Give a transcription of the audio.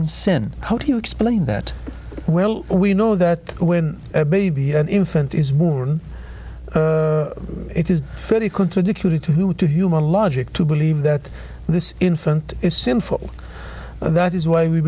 in sin how do you explain that well we know that when a baby an infant is born it is thirty contradictory to two human logic to believe that this infant is sinful and that is why we